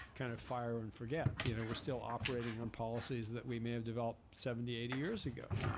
kind of fire and forget, you know? we're still operating on policies that we may have developed seventy, eighty years ago.